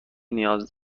نیاز